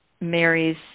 Mary's